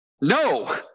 no